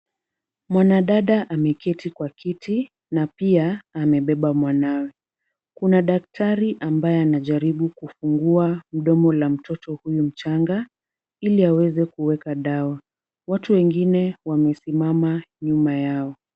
Mwanadada ameketi kwa kiti na pia amebeba mwanawe. Kuna daktari ambaye anajaribu kufungua mdomo la mtoto huyu mchanga, ili aweze kuweka dawa. Watu wengine wamesimama nyuma yao.